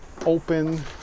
open